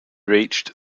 reached